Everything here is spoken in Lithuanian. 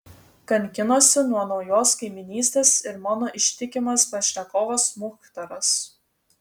kankinosi nuo naujos kaimynystės ir mano ištikimas pašnekovas muchtaras